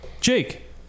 Jake